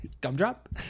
Gumdrop